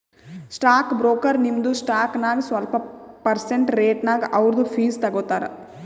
stock broker ನಿಮ್ದು stock ನಾಗ್ ಸ್ವಲ್ಪ ಪರ್ಸೆಂಟ್ ರೇಟ್ನಾಗ್ ಅವ್ರದು ಫೀಸ್ ತಗೋತಾರ